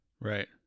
Right